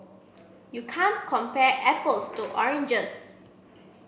you can't compare apples to oranges